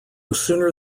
sooner